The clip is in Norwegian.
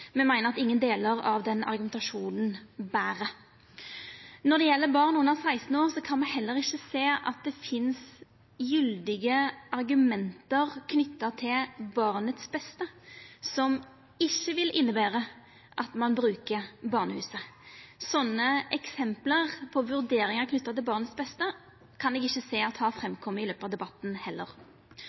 Me meiner at ingen delar av den argumentasjonen ber. Når det gjeld barn under 16 år, kan me heller ikkje sjå at det finst gyldige argument knytte til kva som er best for barnet, som ikkje vil innebera at ein bruker barnehusa. Sånne eksempel på vurderingar knytte til kva som er best for barnet, kan eg heller ikkje sjå at har kome fram i løpet av debatten.